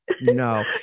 no